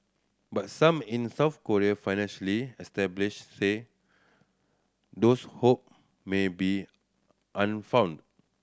but some in South Korea financially establish say those hope may be unfound